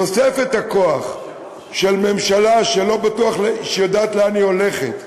תוספת הכוח של ממשלה שלא בטוח שהיא יודעת לאן היא הולכת,